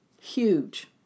Huge